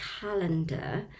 calendar